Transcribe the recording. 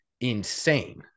insane